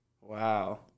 Wow